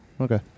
Okay